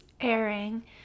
airing